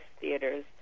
theaters